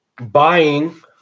buying